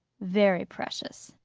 very precious,